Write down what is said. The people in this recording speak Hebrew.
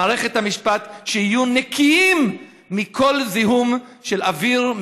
מערכת המשפט שיהיו נקיים מכל זיהום של אוויר.